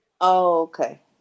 okay